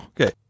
Okay